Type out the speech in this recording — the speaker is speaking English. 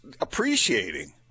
appreciating